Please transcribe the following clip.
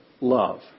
love